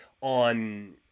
on